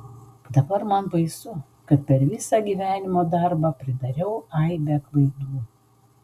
dabar man baisu kad per visą gyvenimo darbą pridariau aibę klaidų